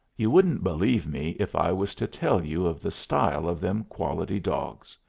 you wouldn't believe me if i was to tell you of the style of them quality-dogs.